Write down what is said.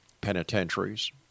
penitentiaries